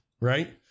right